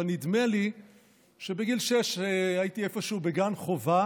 אבל נדמה לי שבגיל שש הייתי איפשהו בגן חובה